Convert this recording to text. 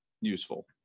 useful